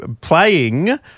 playing